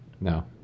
No